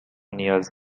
نیاز